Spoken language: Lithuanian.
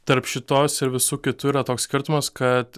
tarp šitos ir visų kitų yra toks skirtumas kad